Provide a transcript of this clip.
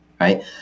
right